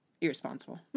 irresponsible